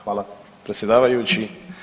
Hvala predsjedavajući.